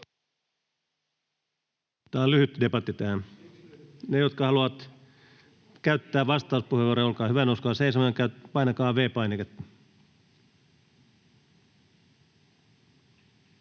Miksi lyhyt?] Ne, jotka haluavat käyttää vastauspuheenvuoron, olkaa hyvä nouskaa seisomaan ja painakaa V‑painiketta.